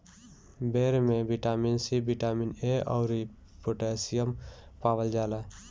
बेर में vitamin C, vitamin A अउरी पोटैशियम पावल जाला